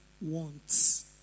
wants